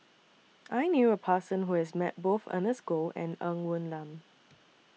I knew A Person Who has Met Both Ernest Goh and Ng Woon Lam